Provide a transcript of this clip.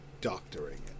doctoring